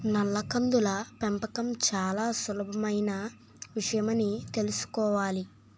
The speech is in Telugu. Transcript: నల్ల కందుల పెంపకం చాలా సులభమైన విషయమని తెలుసుకోవాలి